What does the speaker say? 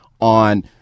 on